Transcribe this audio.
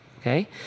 Okay